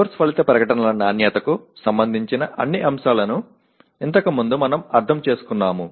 course ఫలిత ప్రకటనల నాణ్యతకు సంబంధించిన అన్ని అంశాలను ఇంతకుముందు మనము అర్థం చేసుకున్నాము